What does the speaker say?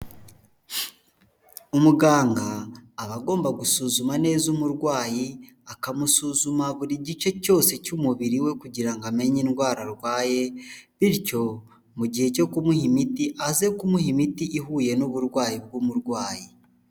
Umuganga aba agomba gusuzuma neza umurwayi, akamusuzuma buri gice cyose cy'umubiri we kugira ngo amenye indwara arwaye, bityo mu gihe cyo kumuha imiti aze kumuha imiti ihuye n'uburwayi bw'umurwayi.